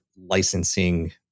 licensing